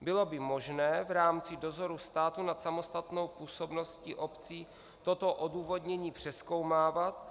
Bylo by možné v rámci dozoru státu nad samostatnou působností obcí toto odůvodnění přezkoumávat?